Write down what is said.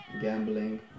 gambling